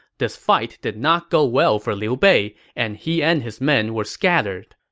this fight did not go well for liu bei, and he and his men were scattered.